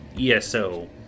ESO